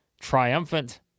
triumphant